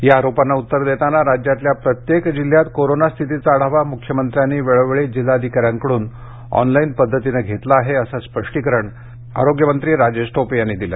या आरोपांना उत्तर देताना राज्यातल्या प्रत्येक जिल्ह्यात कोरोना स्थितीचा आढावा मुख्यमंत्र्यांनी वेळोवेळी जिल्हाधिकाऱ्यांकडून ऑनलाईन पद्धतीनं घेतला आहे असं स्पष्टीकरण आरोग्यमंत्री राजेश टोपे यांनी दिलं